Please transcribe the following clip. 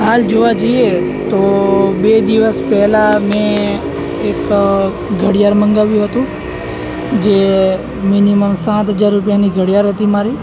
હાલ જોવા જઈએ તો બે દિવસ પહેલાં મેં એક ઘડિયાળ મગાવ્યું હતું જે મિનિમમ સાત હજાર રૂપિયાની ઘડિયાળ હતી મારી